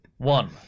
One